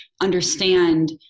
understand